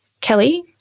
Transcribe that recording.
Kelly